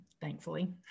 thankfully